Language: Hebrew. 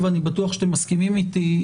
ואני בטוח שאתם מסכימים איתי,